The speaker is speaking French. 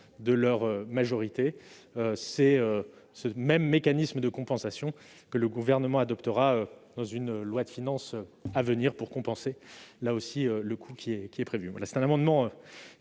de leur majorité. C'est le même mécanisme de compensation que le Gouvernement adoptera dans une loi de finances à venir pour compenser, une fois de plus,